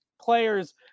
players